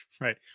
Right